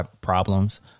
problems